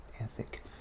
ethic